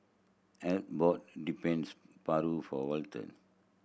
and bought depends paru for Walton